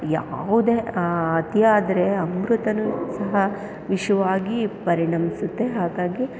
ಯಾವುದೇ ಅತೀ ಆದರೆ ಅಮೃತನೂ ಸಹ ವಿಷವಾಗಿ ಪರಿಣಮಿಸುತ್ತೆ ಹಾಗಾಗಿ